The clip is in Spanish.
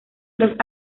los